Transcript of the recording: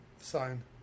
sign